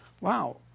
wow